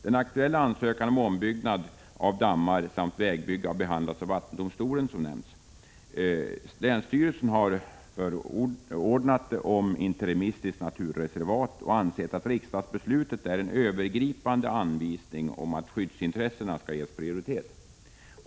Den aktuella ansökan om ombyggnad av dammar samt vägbygge har behandlats av vattendomstolen. Länsstyrelsen har förordnat om interimistiskt naturreservat och anser att riksdagsbeslutet är en övergripande anvisning om att skyddsintressena skall ges prioritet.